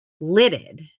lidded